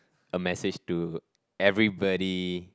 a message to everybody